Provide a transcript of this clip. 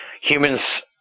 humans